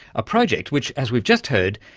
a project which, as we've just heard,